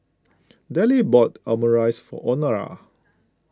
Dellie bought Omurice for Honora